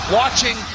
watching